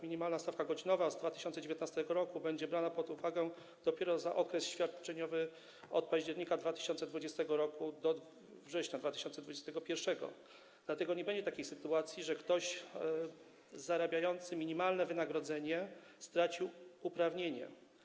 Minimalna stawka godzinowa z 2019 r. będzie brana pod uwagę dopiero za okres świadczeniowy od października 2020 r. do września 2021 r., dlatego nie będzie takiej sytuacji, że ktoś zarabiający minimalne wynagrodzenie straci uprawnienia.